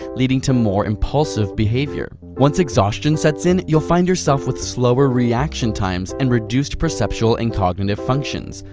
leading to more impulsive behavior. once exhaustion sets in, you'll find yourself with slower reaction times and reduced perceptual and cognitive functions.